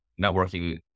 networking